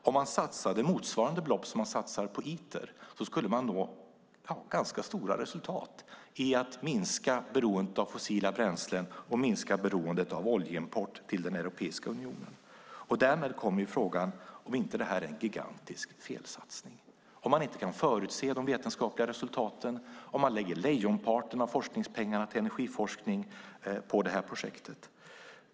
Om man satsade motsvarande belopp som man satsar på Iter skulle man nå ganska stora resultat i att minska beroendet av fossila bränslen och minska beroendet av oljeimport till den europeiska unionen. Därmed kommer frågan om inte detta är en gigantisk felsatsning om man inte kan förutse de vetenskapliga resultaten och om man lägger lejonparten av forskningspengarna till energiforskning på detta projekt.